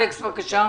אלכס, בבקשה.